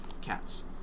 cats